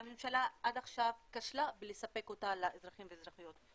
שהממשלה עד עכשיו כשלה בלספק אותה לאזרחים ולאזרחיות.